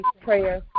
prayer